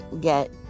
get